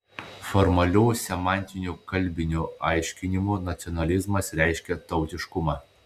formaliu semantiniu kalbiniu aiškinimu nacionalizmas reiškia tautiškumą